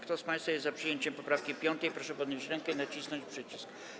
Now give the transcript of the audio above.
Kto z państwa jest za przyjęciem poprawki 5., proszę podnieść rękę i nacisnąć przycisk.